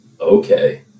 Okay